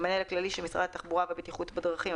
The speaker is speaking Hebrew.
המנהל הכללי של משרד התחבורה והבטיחות בדרכים,